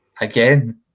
Again